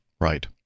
Right